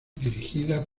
dirigida